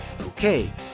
Okay